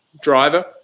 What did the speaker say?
driver